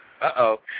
Uh-oh